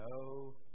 no